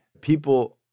people